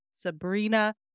Sabrina